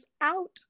out